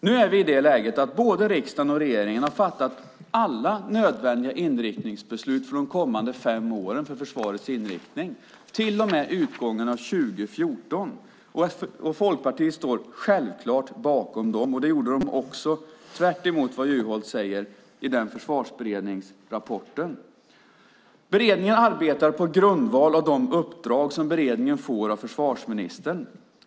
Nu är vi i det läget att både riksdagen och regeringen har fattat alla nödvändiga beslut för de kommande fem åren för försvarets inriktning till och med utgången av 2014. Folkpartiet står självklart bakom dem. Det gjorde de, tvärtemot vad Juholt säger, också i försvarsberedningsrapporten. Beredningen arbetar på grundval av de uppdrag som beredningen får av försvarsministern.